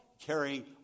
carrying